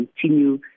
continue